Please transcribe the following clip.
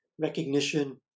recognition